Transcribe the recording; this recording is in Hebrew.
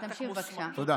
תודה.